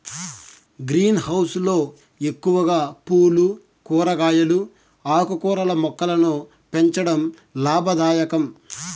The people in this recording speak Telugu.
గ్రీన్ హౌస్ లో ఎక్కువగా పూలు, కూరగాయలు, ఆకుకూరల మొక్కలను పెంచడం లాభదాయకం